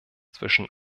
zwischen